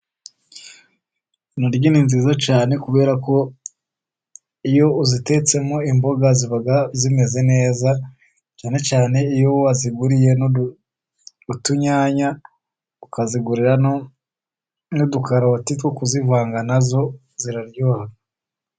Intoryi ni nziza cyane, kubera ko iyo uzitetsemo imboga ziba zimeze neza, cyane cyane iyo waziguriye utu nyanya, ukazigurira n'udukararoti two kuzivanga na zo ziraryoha.